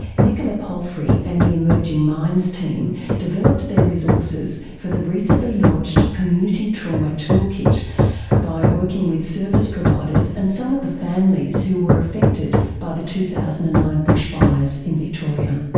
nicola palfrey and the emerging minds team developed their resources for the recently launched community trauma toolkit by working with service providers and some of the families who were affected by the two thousand and nine bushfires in victoria.